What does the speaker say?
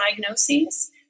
diagnoses